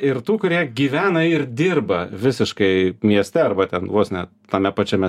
ir tų kurie gyvena ir dirba visiškai mieste arba ten vos ne tame pačiame